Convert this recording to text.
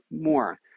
more